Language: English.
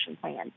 plan